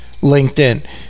LinkedIn